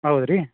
ಹೌದ್ ರೀ